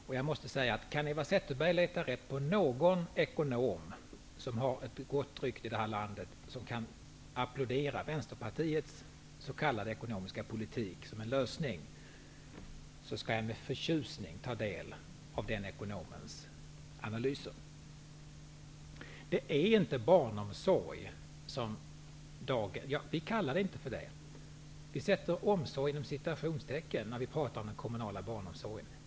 Om Eva Zetterberg kan leta rätt på någon ekonom som har ett gott rykte i det här landet som kan applådera Vänsterpartiets s.k. ekonomiska politik skall jag med förtjusning ta del av den ekonomens analyser. Vi sätter ordet ''omsorg'' inom citationstecken när vi talar om den kommunala barnomsorgen.